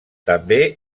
també